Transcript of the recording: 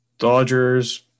Dodgers